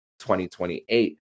2028